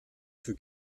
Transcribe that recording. für